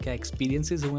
experiences